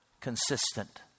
consistent